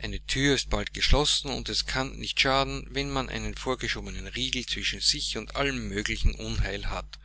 eine thür ist bald geschlossen und es kann nicht schaden wenn man einen vorgeschobenen riegel zwischen sich und allem möglichen unheil hat